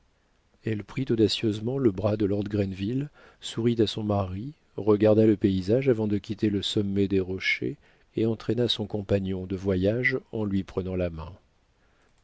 elle prit audacieusement le bras de lord grenville sourit à son mari regarda le paysage avant de quitter le sommet des rochers et entraîna son compagnon de voyage en lui prenant la main